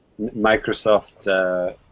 Microsoft